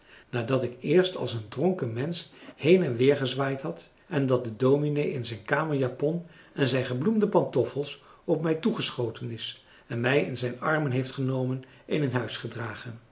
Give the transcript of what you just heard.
nadat ik eerst als een dronken mensch heen en weer gezwaaid had en dat de dominee in zijn kamerjapon en zijn gebloemde pantoffels op mij toegeschoten is en mij in zijn armen heeft genomen en in huis gedragen